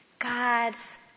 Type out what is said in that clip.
God's